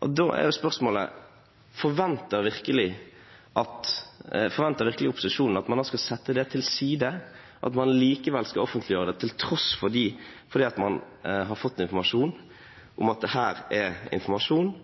tale. Da er spørsmålet: Forventer virkelig opposisjonen at man skal sette det til side, at man likevel skal offentligjøre det, til tross for at man har fått informasjon om at dette er informasjon